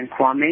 Kwame